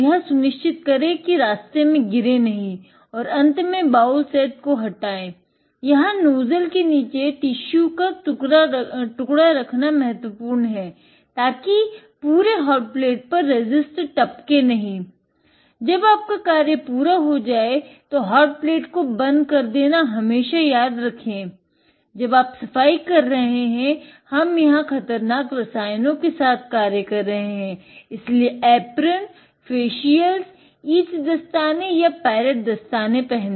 यह हटाया गया सॉलिड सी वेस्ट ईच दस्ताने या पैरेट दस्ताने पहने